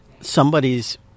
somebody's